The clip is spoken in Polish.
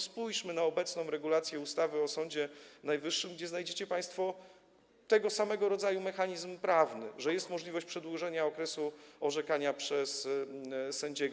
Spójrzmy na obecną regulację w ustawie o Sądzie Najwyższym, gdzie znajdziecie państwo tego samego rodzaju mechanizm prawny, że jest możliwość przedłużenia okresu orzekania przez sędziego.